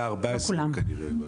אלה ה-14 ימים.